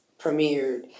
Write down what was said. premiered